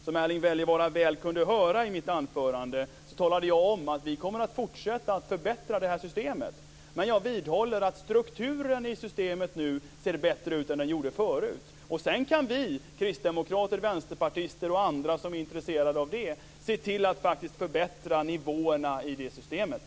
Som Erling Wälivaara väl kunde höra i mitt anförande talade jag om att vi kommer att fortsätta att förbättra systemet. Jag vidhåller att strukturen nu ser bättre ut i systemet än vad den gjorde förut. Sedan kan vi kristdemokrater, vänsterpartister och andra som är intresserade av det se till att förbättra nivåerna i det systemet.